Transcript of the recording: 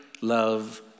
love